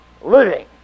living